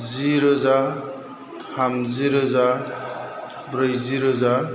जि रोजा थामजि रोजा ब्रैजि रोजा